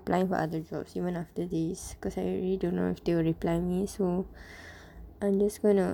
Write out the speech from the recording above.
applying for other jobs even after this cause I really don't know if they will reply me so I'm just gonna